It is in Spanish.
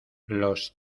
los